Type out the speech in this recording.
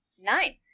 Nine